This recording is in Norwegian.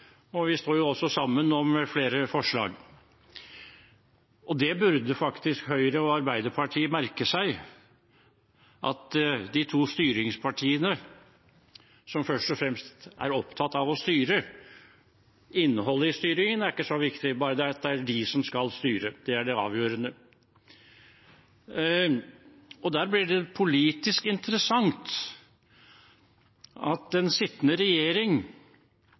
og vi står jo også sammen om flere forslag. Det burde faktisk Høyre og Arbeiderpartiet merke seg, de to styringspartiene som først og fremst er opptatt av å styre – innholdet i styringen er ikke så viktig, det avgjørende er at det er de som skal styre. Der blir det politisk interessant at den sittende regjering,